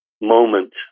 moment